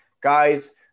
Guys